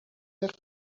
قبلیشو